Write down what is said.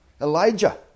Elijah